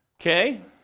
Okay